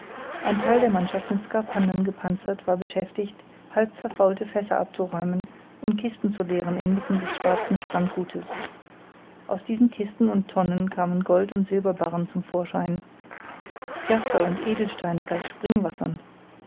ein theil der mannschaft mit skaphandern gepanzert war beschäftigt halb verfaulte fässer abzuräumen und kisten zu leeren inmitten des schwarzen strandgutes aus diesen kisten und tonnen kamen gold und silberbarren zum vorschein piaster und edelsteine